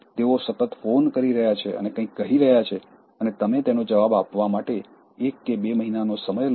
તેઓ સતત ફોન કરી રહ્યાં છે અને કંઈક કહી રહ્યાં છે અને તમે તેનો જવાબ આપવા માટે એક કે બે મહિનાનો સમય લો છો